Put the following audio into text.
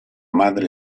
madre